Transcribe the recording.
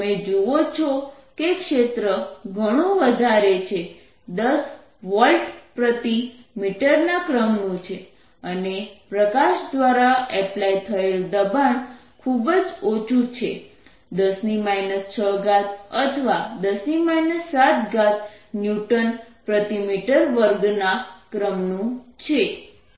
તમે જુઓ છો કે ક્ષેત્ર ઘણું વધારે છે 10 વોલ્ટ પ્રતિ મીટરના ક્રમનું છે અને પ્રકાશ દ્વારા એપ્લાય થયેલ દબાણ ખૂબ જ ઓછું છે 10 6 અથવા 10 7 ન્યૂટન પ્રતિ મીટર વર્ગ ના ક્રમનું છે